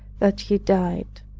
that he died.